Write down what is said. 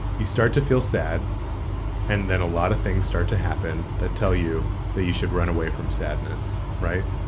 you start to feel sad and then a lot of things start to happen that tell you that you should run away from sadness right.